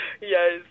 Yes